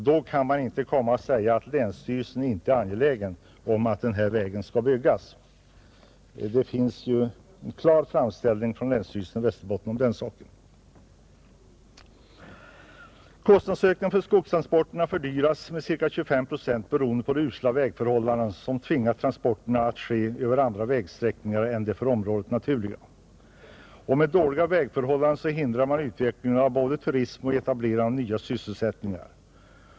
Då kan man inte säga att länsstyrelsen inte är angelägen om att denna väg skall byggas — det finns en klar framställning från länsstyrelsen i Västerbotten om den saken, Kostnaderna för skogstransporterna fördyras med ca 25 procent på grund av de usla vägförhållandena, som tvingar fram transporter längs andra vägsträckningar än de för området naturliga. De dåliga vägförhållandena hindrar utvecklingen av turismen och etablerandet av nya sysselsättningar.